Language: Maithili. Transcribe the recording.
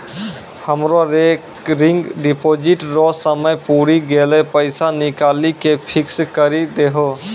हमरो रेकरिंग डिपॉजिट रो समय पुरी गेलै पैसा निकालि के फिक्स्ड करी दहो